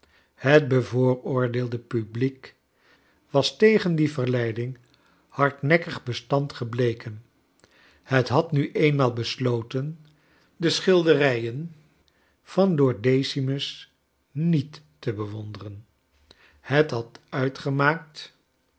het bevooroordeelde publiek was tegen die verleiding hardnekkig bestand gebleken het had nu eenmaal besloten de schilderij van lord decimus niet te bewonderen het had uitgemaakt